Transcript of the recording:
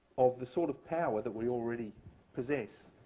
of the sort of power that we already possess,